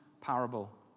parable